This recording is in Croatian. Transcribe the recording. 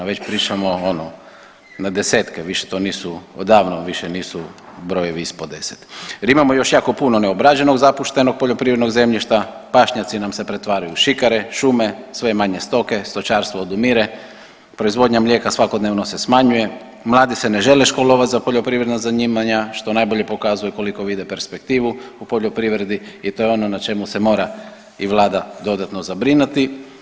Već pričamo ono na desetke, više to nisu odavno više nisu brojevi ispod 10 jer imamo još jako puno neobrađenog zapuštenog poljoprivrednog zemljišta, pašnjaci nam se pretvaraju u šikare, šume, sve je manje stoke, stočarstvo odumire, proizvodnja mlijeka svakodnevno se smanjuje, mladi se ne žele školovat za poljoprivredna zanimanja što najbolje pokazuju koliko vide perspektivu u poljoprivredi i to je ono na čemu se mora i vlada dodatno zabrinuti.